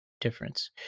difference